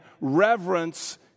reverence